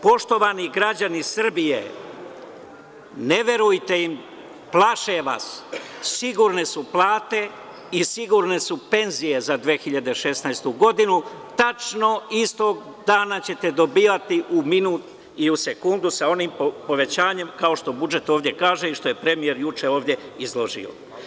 Poštovani građani Srbije, ne verujte im, plaše vas, sigurne su plate i sigurne su penzije za 2016. godinu, tačno istog dana ćete dobijati u minut i u sekundu sa onim povećanjem, kao što budžet ovde kaže i što je premijer juče ovde izložio.